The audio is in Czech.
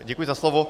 Děkuji za slovo.